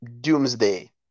doomsday